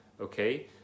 Okay